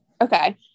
Okay